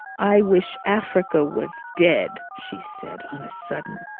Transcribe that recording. i wish africa was dead! she said on a sudden.